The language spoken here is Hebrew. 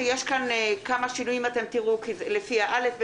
יש כאן כמה שינויים לפי א'-ב'.